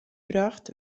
brocht